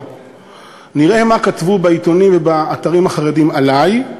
ונראה מה כתבו בעיתונים ובאתרים החרדיים עלי.